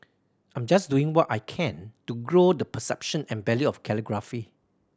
I'm just doing what I can to grow the perception and value of calligraphy